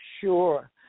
sure